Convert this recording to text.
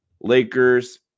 Lakers